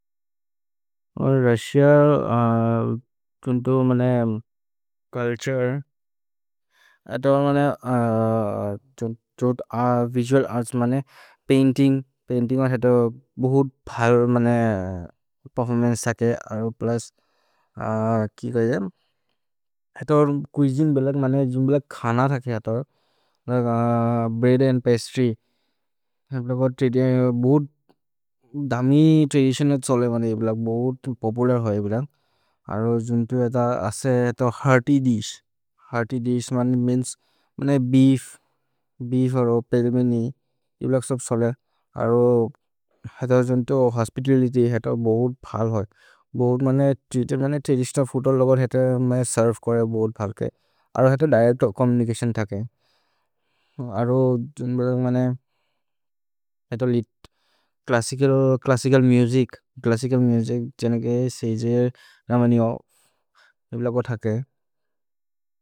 Russia culture painting bread and pastry बोहोत् ध्मि tradition भुत् पोपुलर् होग्यारो जुन्तो एत असे हेतो हेअर्त्य् दिश् हेअर्त्य् दिश् मनि मेअन्स् मनि बीफ् बीफ् अरो पेल्मेनि एव्लक् सोब् सोले अरो हेतो। जुन्तो होस्पितलित्य् हेतो बहुत् फल् होइ बहुत् मनि जुते मनि तेरिस्त फूद् अ लोगर् हेतो मनि सेर्वे कोरे बहुत् फल् के अरो। हेतो दिरेच्त् चोम्मुनिचतिओन् थके अरो जुन्तो मनि हेतो लित् च्लस्सिचल्।